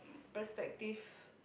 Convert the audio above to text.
perspective